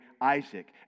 Isaac